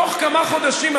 בתוך כמה חודשים,